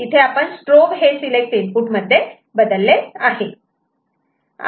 इथे आपण स्ट्रोब हे सिलेक्ट इनपुट मध्ये बदलले आहे